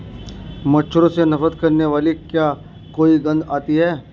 मच्छरों से नफरत करने वाली क्या कोई गंध आती है?